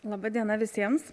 laba diena visiems